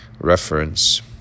reference